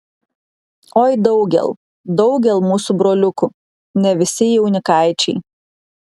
oi daugel daugel mūsų broliukų ne visi jaunikaičiai